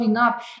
up